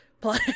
Play